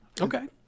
Okay